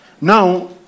Now